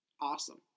awesome